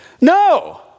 no